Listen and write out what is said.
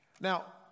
Now